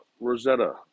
Rosetta